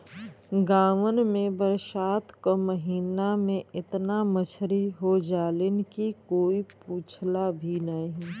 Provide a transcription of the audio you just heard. गांवन में बरसात के महिना में एतना मछरी हो जालीन की कोई पूछला भी नाहीं